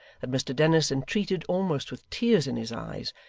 that mr dennis entreated, almost with tears in his eyes,